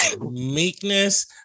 meekness